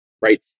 right